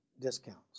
discounts